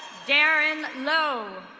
darren lo.